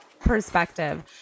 perspective